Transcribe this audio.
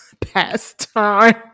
pastime